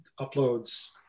uploads